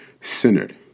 centered